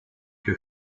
que